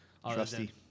Trusty